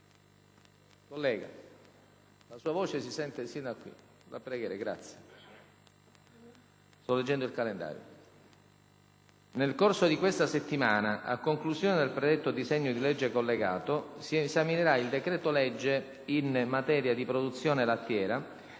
Collega, la sua voce si sente fino a qui; la prego, sto leggendo il calendario. Nel corso di questa settimana, a conclusione del predetto disegno di legge collegato, si esaminerail decreto-legge in materia di produzione lattiera,